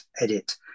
edit